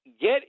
get